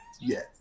yes